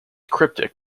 cryptic